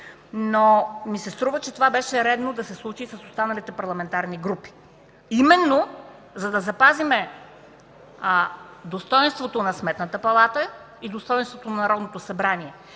ми се обаче, че това беше редно да се случи и с останалите парламентарни групи. Именно за да запазим достойнството на Сметната палата и достойнството на Народното събрание